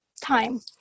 time